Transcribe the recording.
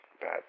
bad